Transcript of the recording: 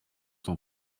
s’en